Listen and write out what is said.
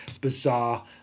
bizarre